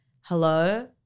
Hello